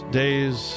days